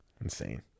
Insane